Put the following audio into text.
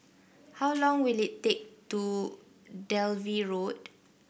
how long will it take to Dalvey Road